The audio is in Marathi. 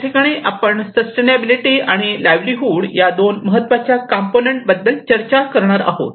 या ठिकाणी आपण सस्टेनेबिलिटी आणि लाईव्हलीहुड या दोन महत्त्वाच्या कंपोनेंट बद्दल चर्चा करणार आहोत